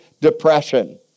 depression